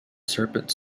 serpent